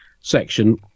section